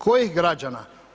Kojih građana?